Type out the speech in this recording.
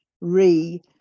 Re